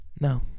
No